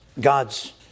God's